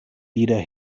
wieder